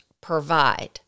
provide